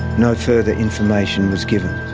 no further information was given.